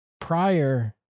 Prior